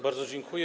Bardzo dziękuję.